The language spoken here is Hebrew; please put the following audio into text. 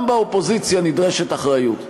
גם באופוזיציה נדרשת אחריות.